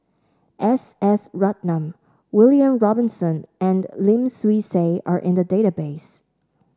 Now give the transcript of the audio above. S S Ratnam William Robinson and Lim Swee Say are in the database